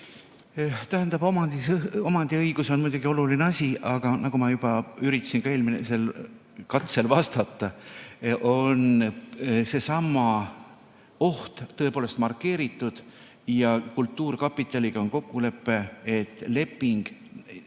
Tähendab, omandiõigus on muidugi oluline asi, aga nagu ma juba üritasin eelmisel katsel vastata, on see oht tõepoolest markeeritud. Ja kultuurkapitaliga on kokkulepe, et leping